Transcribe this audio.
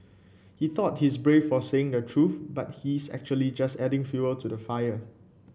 he thought he's brave for saying the truth but he's actually just adding fuel to the fire